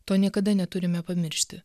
to niekada neturime pamiršti